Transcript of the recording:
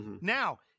Now